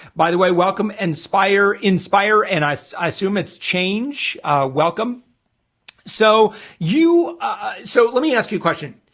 by the way, welcome inspire inspire and i so i assume it's change welcome so you so let me ask you a question.